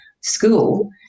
school